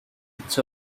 its